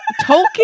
Tolkien